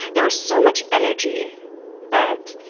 there was so much energy that